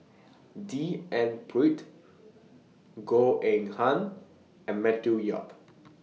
D N Pritt Goh Eng Han and Matthew Yap